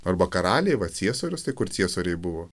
arba karaliai va ciesorius tai kur ciesoriai buvo